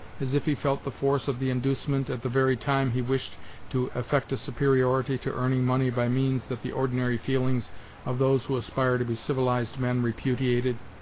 as if he felt the force of the inducement, at the very time he wished to affect a superiority to earning money by means that the ordinary feelings of those who aspire to be civilized men repudiated,